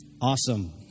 Awesome